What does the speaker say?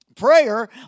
prayer